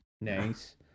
Nice